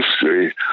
history